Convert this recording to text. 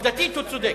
עובדתית הוא צודק.